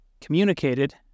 communicated